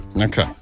Okay